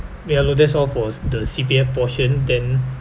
ya lor that's all for the C_P_F portion then